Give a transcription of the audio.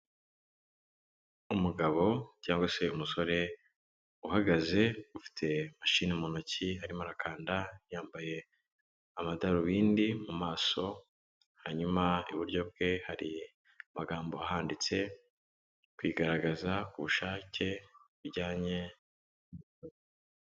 Umugabo cyangwa se umusore uhagaze ufite mashini mu ntoki arimo arakanda, yambaye amadarubindi mu maso, hanyuma iburyo bwe hari amagambo ahanditse, kwigaragaza ku bushake bijyanye....